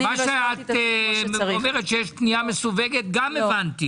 מה שאת אומרת שיש פנייה מסווגת גם הבנתי.